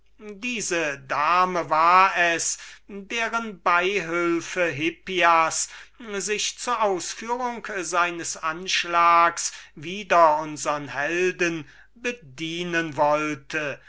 diese dame war es deren beihülfe hippias sich zu ausführung seines anschlags wider den agathon bedienen wollte